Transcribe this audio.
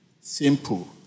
simple